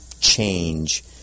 change